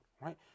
right